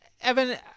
Evan